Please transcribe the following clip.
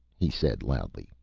he said loudly.